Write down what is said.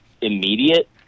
immediate